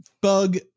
bug